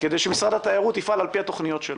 כדי שמשרד התיירות יפעל על פי התוכניות שלו.